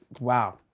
Wow